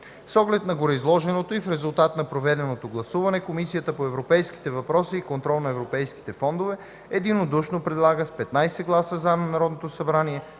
С оглед на гореизложеното и в резултат на проведеното гласуване, Комисията по европейските въпроси и контрол на европейските фондове единодушно предлага с 15 гласа „за” на Народното събрание